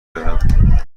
دارم